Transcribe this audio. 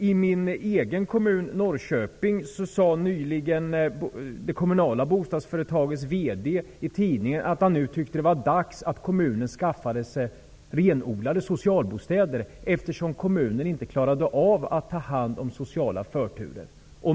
I min egen kommun, Norrköping, sade nyligen det kommunala bostadsföretagets VD i tidningen att han nu tyckte att det var dags att kommunen skaffade sig renodlade socialbostäder, eftersom kommunen inte klarade av att ta hand om sociala förturer.